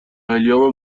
هلیوم